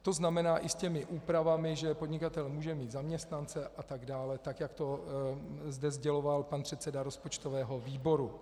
To znamená i s těmi úpravami, že podnikatel může mít zaměstnance atd., tak jak to zde sděloval pan předseda rozpočtového výboru.